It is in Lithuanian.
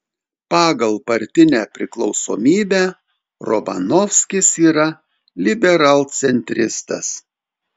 pagal partinę priklausomybę romanovskis yra liberalcentristas